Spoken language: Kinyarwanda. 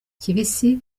kibisi